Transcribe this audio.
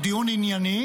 הוא דיון ענייני,